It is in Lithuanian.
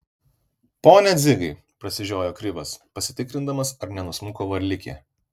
pone dzigai prasižiojo krivas pasitikrindamas ar nenusmuko varlikė